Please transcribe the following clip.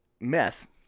meth